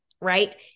right